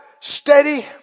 steady